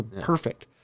perfect